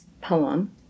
poem